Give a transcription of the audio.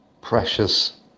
Precious